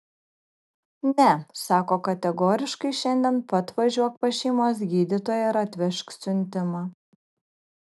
ne sako kategoriškai šiandien pat važiuok pas šeimos gydytoją ir atvežk siuntimą